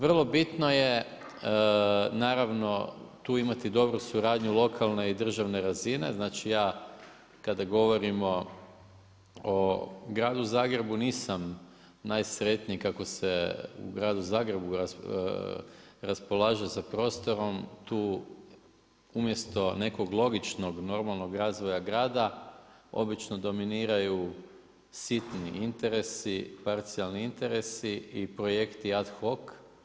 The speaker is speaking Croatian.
Vrlo bitno je naravno, tu imati dobru suradnju lokalne i državne razine, znači ja kada govorimo o gradu Zagrebu nisam najsretniji, kako se u gradu Zagrebu raspolaže sa prostorom, tu umjesto nekog logičkog i normalnog razvoja grada, obično dominiraju, sitni interesi, parcijalni interesi i projekti ad hoc.